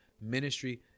Ministry